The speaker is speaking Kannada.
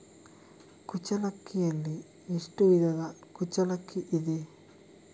ಕುಚ್ಚಲಕ್ಕಿಯಲ್ಲಿ ಎಷ್ಟು ವಿಧದ ಕುಚ್ಚಲಕ್ಕಿ ಇದೆ?